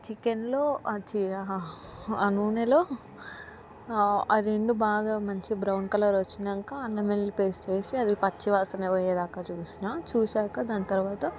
చికెన్లో ఆచి హా నూనెలో రెండు బాగా మంచి బ్రౌన్ కలర్ వచ్చినాక అల్లంవెల్లుల్లి పేస్ట్ వేసి పచ్చివాసన పోయే దాక చూసినా చూసాక దాని తర్వాత